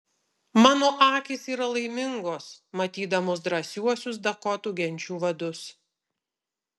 mano akys yra laimingos matydamos drąsiuosius dakotų genčių vadus